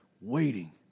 waiting